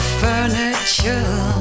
furniture